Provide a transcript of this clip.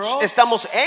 estamos